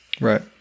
right